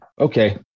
okay